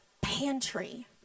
pantry